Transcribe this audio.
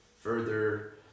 further